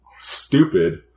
stupid